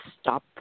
stop